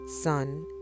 Son